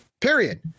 period